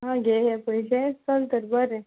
आं हे घे पयशें चल तर बरें